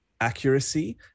accuracy